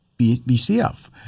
BCF